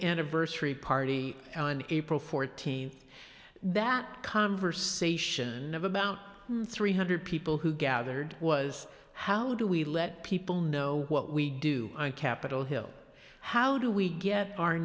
anniversary party on april fourteenth that conversation of about three hundred people who gathered was how do we let people know what we do on capitol hill how do we get our